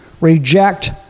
reject